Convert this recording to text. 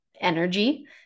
energy